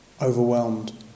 overwhelmed